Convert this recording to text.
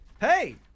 Hey